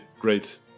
great